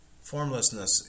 Formlessness